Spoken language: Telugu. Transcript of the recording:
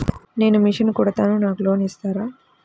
నేను మిషన్ కుడతాను నాకు లోన్ ఇస్తారా?